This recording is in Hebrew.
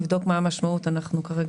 אנחנו נבדוק מה המשמעות של זה.